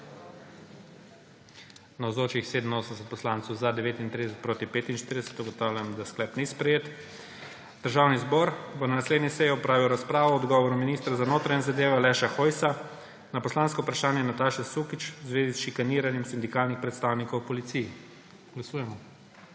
45. (Za je glasovalo 39.) (Proti 45.) Ugotavljam, da sklep ni sprejet. Državni zbor bo na naslednji seji opravil razpravo o odgovoru ministra za notranje zadeve Aleša Hojsa na poslansko vprašanje Nataše Sukič v zvezi z šikaniranjem sindikalnih predstavnikov v policiji. Glasujemo.